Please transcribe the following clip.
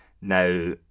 Now